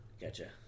Gotcha